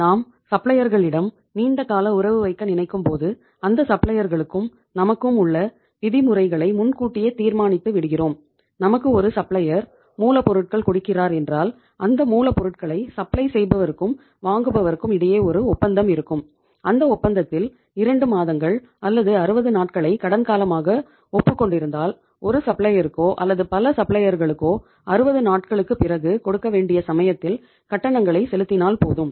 நாம் சப்ளையர்களிடம் 60 நாட்களுக்கு பிறகு கொடுக்க வேண்டிய சமயத்தில் கட்டணங்களை செலுத்தினால் போதும்